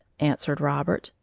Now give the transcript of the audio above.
answered robert,